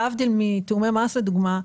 להבדל מתיאומי מס לדוגמה,